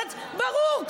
ברור.